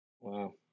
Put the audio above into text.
wow